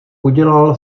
udělal